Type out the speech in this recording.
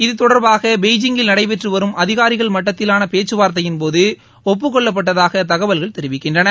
இது தொடர்பாக பெய்ஜிங்கில் நடைபெற்று வரும் அதிகாரிகள் மட்டத்திலான பேச்சுவார்த்தையின்போது ஒப்புக்கொள்ளப்பட்டதாக தகவல்கள் தெரிவிக்கின்றன